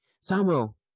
Samuel